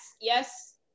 yes